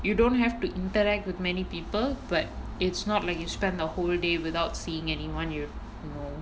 you don't have to interact with many people but it's not like you spend the whole day without seeing anyone you know